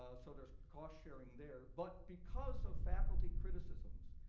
ah so there's cost sharing there. but because of faculty criticisms,